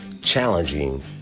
challenging